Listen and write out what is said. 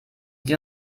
sie